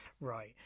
Right